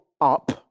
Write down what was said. up